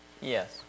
Yes